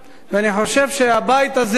אני חושב שהבית הזה,